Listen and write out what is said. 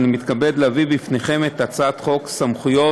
אני מתכבד להביא בפניכם את הצעת חוק סמכויות